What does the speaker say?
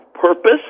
Purpose